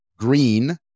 Green